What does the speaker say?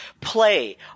play